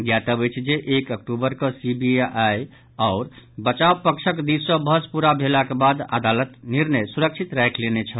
ज्ञातव्य अछि जे एक अक्टूबर कऽ सीबीआई आओर बचाव पक्षक दिस सँ बहस पूरा भेलाक बाद अदालत निर्णय सुरक्षित राखि लेने छल